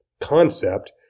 concept